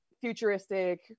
futuristic